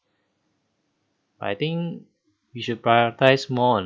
I think we should prioritise more on